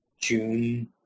june